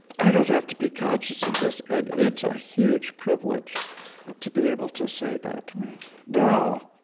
i don't have to be conscious of this. and it's a huge privilege to be able to say that right now,